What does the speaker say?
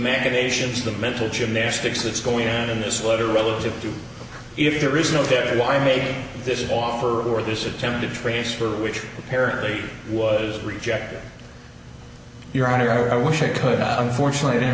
machinations the mental gymnastics that's going on in this letter relative to if there is no there why make this offer or this attempt to transfer which apparently was rejected your honor i wish i could